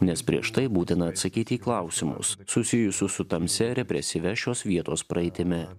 nes prieš tai būtina atsakyti į klausimus susijusius su tamsia represyvia šios vietos praeitimi